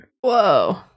Whoa